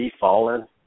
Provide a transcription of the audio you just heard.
fallen